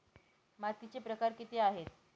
मातीचे प्रकार किती आहेत?